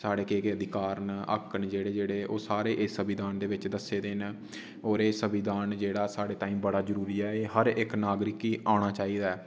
साढ़े केह् केह् अधिकार न हक न जेह्ड़े जेह्ड़े ओह् सारे इस सविदान च दस्से दे न और एह् सविदान जेह्ड़ा साढ़े ताईं बड़ा जरूरी ऐ एह् हर इक नागरीक गी औना चाहिदा ऐ